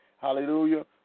Hallelujah